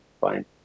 Fine